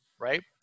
Right